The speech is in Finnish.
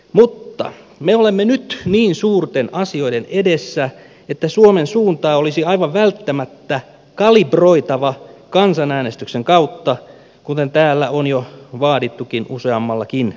mutta me olemme nyt niin suurten asioiden edessä että suomen suuntaa olisi aivan välttämättä kalibroitava kansanäänestyksen kautta kuten täällä on jo vaadittukin useammallakin suulla